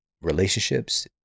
relationships